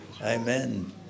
Amen